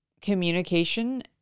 communication